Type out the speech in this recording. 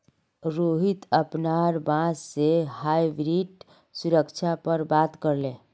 रोहित अपनार बॉस से हाइब्रिड सुरक्षा पर बात करले